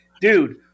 Dude